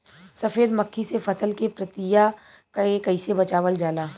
सफेद मक्खी से फसल के पतिया के कइसे बचावल जाला?